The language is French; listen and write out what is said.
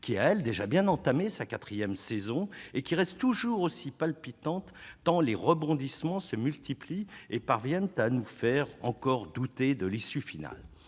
qui a, elle, déjà bien entamé sa quatrième saison et qui reste toujours aussi palpitante tant les rebondissements se multiplient et parviennent à nous faire encore douter de l'issue finale.